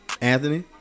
Anthony